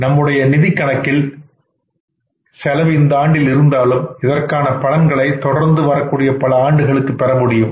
நம்முடைய நிதி கணக்கில் செலவு இந்த ஆண்டில் இருந்தாலும் இதற்கான பலன்களை தொடர்ந்து வரக்கூடிய பல ஆண்டுகளுக்கு பெறமுடியும்